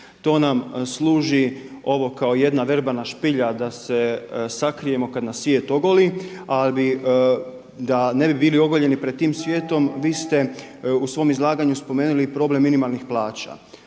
To nam služi ovo kao jedna verbalna špilja da se sakrijemo kada nas svijet ogoli, a da ne bi bili ogoljeni pred tim svijetom, vi ste u svom izlaganju spomenuli problem minimalnih plaća.